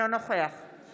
נגד